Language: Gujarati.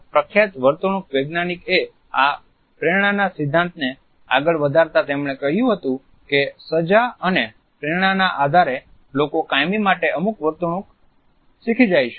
Skinner પ્રખ્યાત વર્તણૂક વૈજ્ઞાનિકએ આ પ્રેરણાના સિદ્ધાંતને આગળ વધારતા તેમણે કહ્યું હતું કે સજા અને પ્રેરણાના આધારે લોકો કાયમી માટે અમુક વર્તણૂક શીખી જાય છે